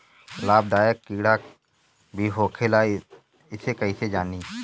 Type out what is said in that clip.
लाभदायक कीड़ा भी होखेला इसे कईसे जानी?